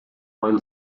oil